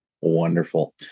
Wonderful